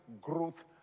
growth